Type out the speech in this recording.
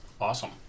Awesome